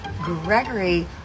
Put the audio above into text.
Gregory